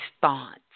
thoughts